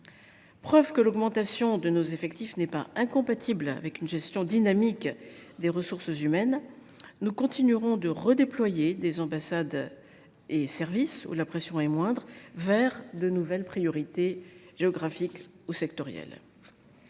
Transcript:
Preuve que l’augmentation de nos effectifs n’est pas incompatible avec une gestion dynamique des ressources humaines, nous continuerons de redéployer des ambassades et services où la pression est moindre vers de nouvelles priorités géographiques ou sectorielles.